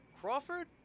Crawford